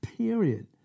Period